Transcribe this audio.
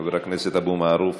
חבר הכנסת אבו מערוף,